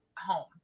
home